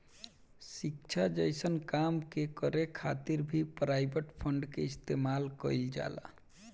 शिक्षा जइसन काम के करे खातिर भी प्राइवेट फंड के इस्तेमाल कईल जाला